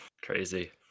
Crazy